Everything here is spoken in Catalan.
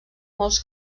molts